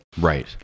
right